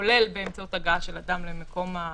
כולל באמצעות הגעה של נציג החברה למקום הבידוד,